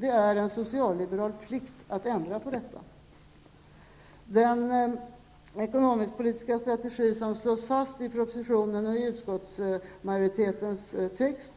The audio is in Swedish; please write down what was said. Det är en socialliberal plikt att ändra på detta. Den ekonomisk--politiska strategi som slås fast i propositionen och i utskottsmajoritetens text